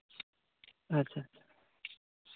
ᱟᱪᱪᱷᱟ ᱟᱪᱪᱷᱟ